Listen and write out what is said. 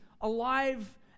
alive